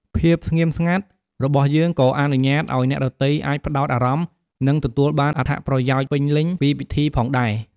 ភាពស្ងៀមស្ងាត់របស់យើងក៏អនុញ្ញាតឲ្យអ្នកដទៃអាចផ្តោតអារម្មណ៍ និងទទួលបានអត្ថប្រយោជន៍ពេញលេញពីពិធីផងដែរ។